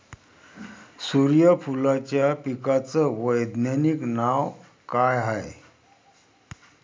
सुर्यफूलाच्या पिकाचं वैज्ञानिक नाव काय हाये?